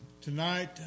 Tonight